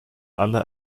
alle